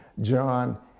John